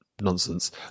nonsense